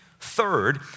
Third